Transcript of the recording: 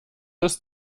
ist